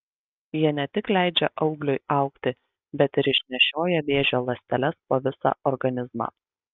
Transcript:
jie ne tik leidžia augliui augti bet ir išnešioja vėžio ląsteles po visą organizmą